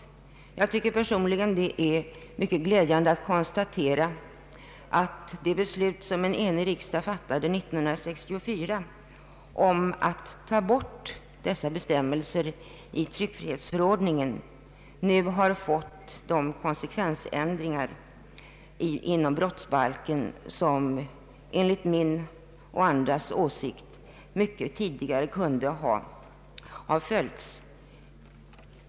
Personligen tycker jag att det är mycket glädjande att konstatera att det beslut som en enig riksdag fattade år 1964 om att ta bort dessa bestämmelser ur tryckfrihetsförordningen nu fått de konsekvensändringar inom brottsbalken som enligt min och andras åsikt borde ha genomförts mycket tidigare.